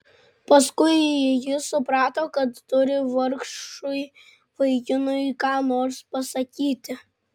paskui ji suprato kad turi vargšui vaikinui ką nors pasakyti